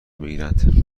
بگیرند